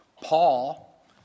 Paul